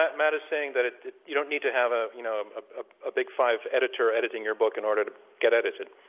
matt is saying that it you don't need to have a you know, a big five editor editing your book in order to get edited.